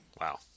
Wow